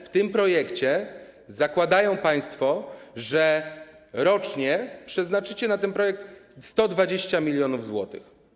W tym projekcie zakładają państwo, że rocznie przeznaczycie na ten projekt 120 mln zł.